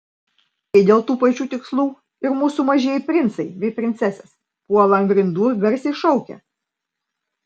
lygiai dėl tų pačių tikslų ir mūsų mažieji princai bei princesės puola ant grindų ir garsiai šaukia